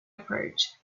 approach